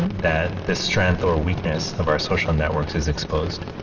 and that the strength or weakness of our social networks is exposed.